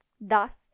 Thus